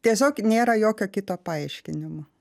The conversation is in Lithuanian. tiesiog nėra jokio kito paaiškinimo